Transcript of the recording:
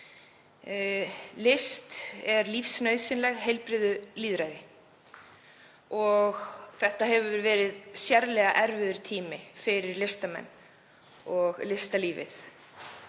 List er lífsnauðsynleg heilbrigðu lýðræði. Þetta hefur verið sérlega erfiður tími fyrir listamenn og listalífið